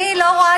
אני לא רואה